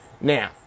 Now